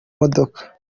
modoka